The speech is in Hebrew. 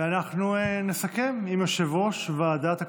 ואנחנו נסכם עם יושב-ראש ועדת הכספים,